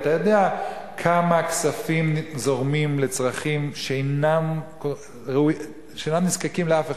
אתה יודע כמה כספים זורמים לצרכים שאינם נזקקים לאף אחד,